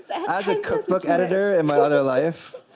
as a cookbook editor in my other life,